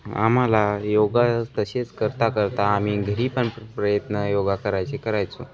आम्हाला योग तसेच करता करता आम्ही घरी पण प्रयत्न योग करायची करायचो